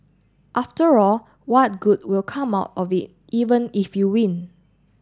after all what good will come out of it even if you win